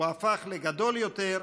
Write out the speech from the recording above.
הוא הפך לגדול יותר,